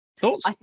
Thoughts